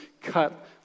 cut